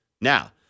Now